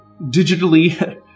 digitally